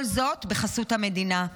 כל זאת בחסות המדינה.